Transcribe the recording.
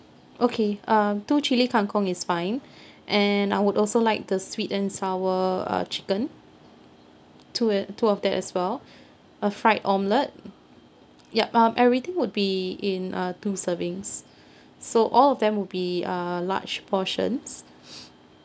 okay um two chili kang kong is fine and I would also like the sweet and sour uh chicken two uh two of that as well a fried omelette yup um everything would be in uh two servings so all of them would be uh large portions